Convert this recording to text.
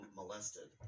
molested